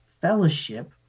fellowship